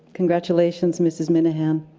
congratulations, mrs. minahan.